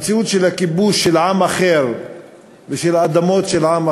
המציאות של הכיבוש של עם אחר ושל אדמות של עם אחר,